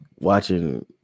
watching